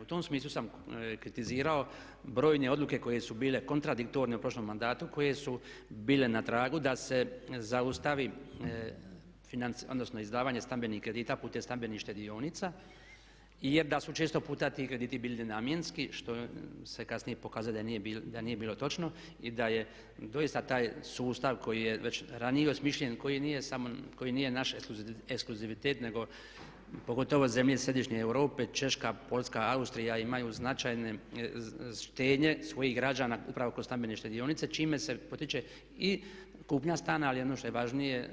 U tom smislu sam kritizirao brojne odluke koje su bile kontradiktorne u prošlom mandatu koje su bile na tragu da se zaustavi, odnosno izdavanje stambenih kredita putem stambenih štedionica jer da su često puta ti krediti bili namjenski što se kasnije pokazalo da nije bilo točno i da je doista taj sustav koji je već ranije osmišljen i koji nije samo, koji nije naš ekskluzivitet pogotovo zemlje središnje Europe, Češka, Poljska, Austrija imaju značajne štednje svojih građana upravo kroz stambene štedionice čime se potiče i kupnja stana ali i ono što je važnije